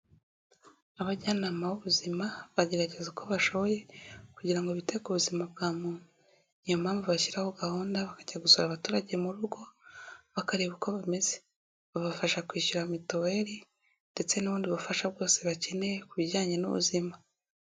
Abajyanama b'ubuzima bagerageza uko bashoboye kugira ngo bite ku buzima bwa muntu. Niyo mpamvu bashyiraho gahunda, bakajya gusura abaturage mu rugo, bakareba uko bameze. Babafasha kwishyura mituweli ndetse n'ubundi bufasha bwose bakeneye ku bijyanye n'ubuzima.